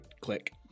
click